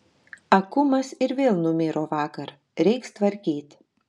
akumas ir vėl numiro vakar reiks tvarkyt